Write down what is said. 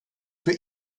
für